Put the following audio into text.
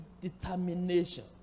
determination